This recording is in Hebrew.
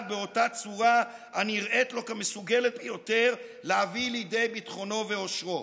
באותה צורה הנראית לו כמסוגלת יותר להביא לידי ביטחונו ואושרו.